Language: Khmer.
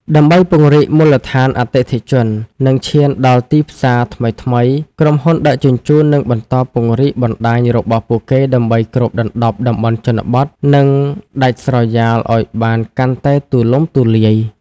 ដើម្បីពង្រីកមូលដ្ឋានអតិថិជន និងឈានដល់ទីផ្សារថ្មីៗ ក្រុមហ៊ុនដឹកជញ្ជូននឹងបន្តពង្រីកបណ្តាញរបស់ពួកគេដើម្បីគ្របដណ្តប់តំបន់ជនបទ និងដាច់ស្រយាលឱ្យបានកាន់តែទូលំទូលាយ។